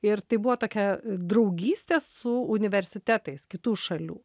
ir tai buvo tokia draugystė su universitetais kitų šalių